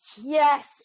Yes